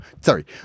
sorry